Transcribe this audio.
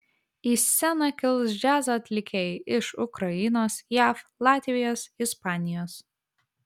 į sceną kils džiazo atlikėjai iš ukrainos jav latvijos ispanijos